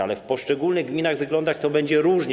Ale w poszczególnych gminach wyglądać to będzie różnie.